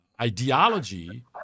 ideology